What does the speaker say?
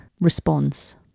response